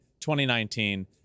2019